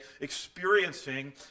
experiencing